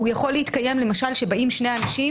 הוא יכול להתקיים למשל כשבאים שני אנשים,